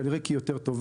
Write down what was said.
כנראה כי היא יותר טובה,